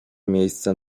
miejsce